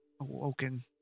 awoken